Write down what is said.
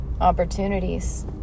opportunities